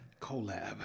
Collab